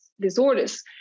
disorders